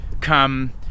come